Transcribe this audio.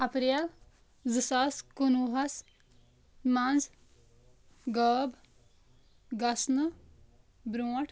April زٕ ساس کُنوُہَس منٛز غٲب گژھنہٕ برٛونٛٹھ